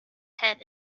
head